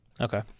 Okay